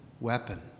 weapon